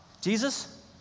Jesus